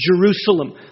Jerusalem